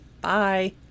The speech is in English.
Bye